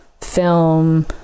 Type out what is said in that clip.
film